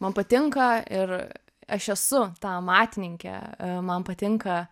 man patinka ir aš esu ta amatininkė man patinka